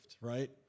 right